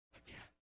again